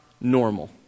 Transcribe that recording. Normal